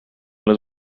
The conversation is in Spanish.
los